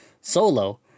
solo